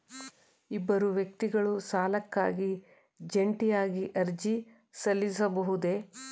ಇಬ್ಬರು ವ್ಯಕ್ತಿಗಳು ಸಾಲಕ್ಕಾಗಿ ಜಂಟಿಯಾಗಿ ಅರ್ಜಿ ಸಲ್ಲಿಸಬಹುದೇ?